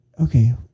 okay